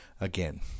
again